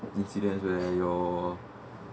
incident where your